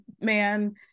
man